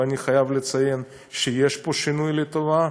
ואני חייב לציין שיש פה שינוי לטובה,